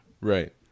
Right